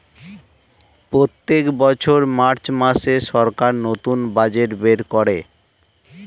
প্রত্যেক বছর মার্চ মাসে সরকার নতুন বাজেট বের করে